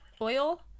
oil